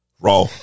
raw